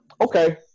Okay